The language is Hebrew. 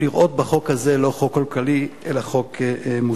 לראות בחוק הזה לא חוק כלכלי, אלא חוק מוסרי.